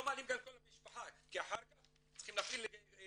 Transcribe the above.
לא מעלים גם את כל המשפחה כי אחר כך צריכים להפעיל לחץ,